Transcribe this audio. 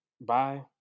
bye